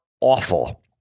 awful